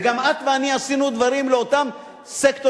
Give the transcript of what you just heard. וגם את ואני עשינו דברים לאותם סקטורים.